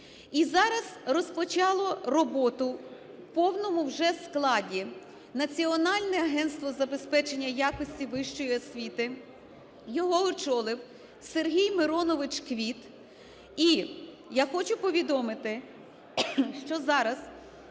І зараз розпочало роботу в повному вже складі Національне агентство з забезпечення якості вищої освіти. Його очолив Сергій Миронович Квіт, і я хочу повідомити, що зараз